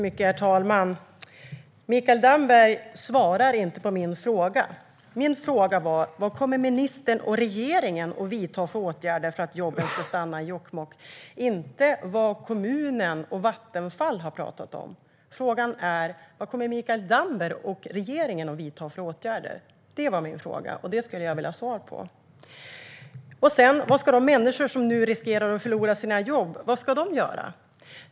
Herr talman! Mikael Damberg svarar inte på min fråga. Vad kommer ministern och regeringen att vidta för åtgärder för att jobben ska stanna i Jokkmokk? Den handlade inte om vad kommunen och Vattenfall har pratat om. Min fråga var: Vad kommer Mikael Damberg och regeringen att vidta för åtgärder? Det skulle jag vilja ha svar på. Vad ska de människor som nu riskerar att förlora sina jobb göra?